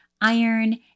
iron